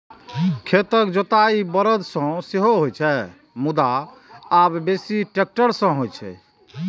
खेतक जोताइ बरद सं सेहो होइ छै, मुदा आब बेसी ट्रैक्टर सं होइ छै